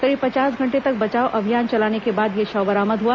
करीब पचास घंटे तक बचाव अभियान चलाने के बाद यह शव बरामद हुआ